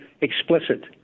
explicit